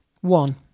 One